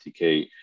SDK